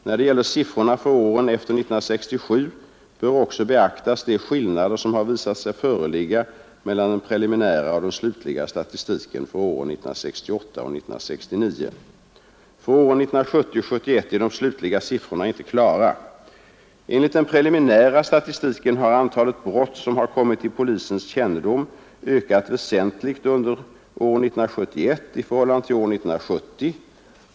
När det gäller siffrorna för åren efter 1967 bör också beaktas de skillnader som har visat sig föreligga mellan den preliminära och den slutliga statistiken för åren 1968 och 1969. För åren 1970 och 1971 är de slutliga siffrorna inte klara. Enligt den preliminära statistiken har antalet brott som har kommit till polisens kännedom ökat väsentligt under år 1971 i förhållande till år 1970.